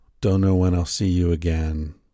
don't-know-when-I'll-see-you-again